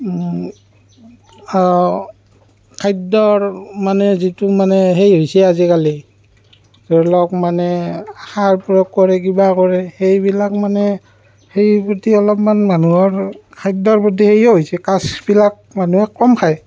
খাদ্যৰ মানে যিটো মানে হেৰি হৈছে আজিকালি ধৰি লওক মানে সাৰ প্ৰয়োগ কৰে কিবা কৰে সেইবিলাক মানে হেৰিৰ প্ৰতি অলপমান মানুহৰ খাদ্যৰ প্ৰতি ইয়ে হৈছে কাজবিলাক মানুহে কম খায়